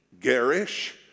garish